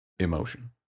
emotion